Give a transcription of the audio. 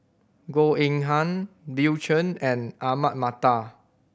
Goh Eng Han Bill Chen and Ahmad Mattar